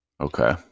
Okay